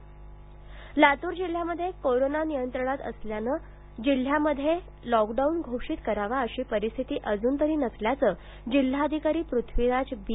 लातर lockdown नाही लातूर जिल्ह्यामध्ये corona नियंत्रणात असल्यानं जिल्ह्यामध्ये लॉकडाऊन घोषित करावा अशी परिस्थिती तूर्त नसल्याचं जिल्हाधिकारी पृथ्वीराज बी